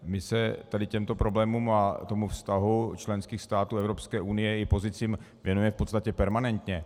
My se tady těmto problémům a vztahu členských států Evropské unie i pozicím věnujeme v podstatě permanentně.